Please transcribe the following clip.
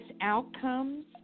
outcomes